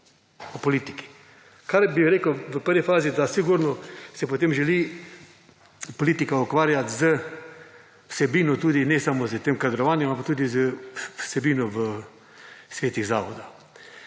politiki. Kar bi rekel v prvi fazi, da sigurno si želi politika ukvarjati z vsebino tudi ne samo s tem kadrovanjem, ampak tudi z vsebino v svetih zavoda.